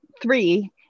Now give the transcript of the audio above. three